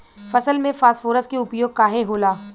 फसल में फास्फोरस के उपयोग काहे होला?